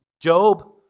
Job